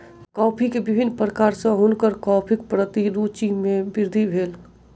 coffee के विभिन्न प्रकार सॅ हुनकर कॉफ़ीक प्रति रूचि मे वृद्धि भेल